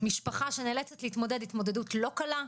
משפחה שנאלצת להתמודד התמודדות לא קלה,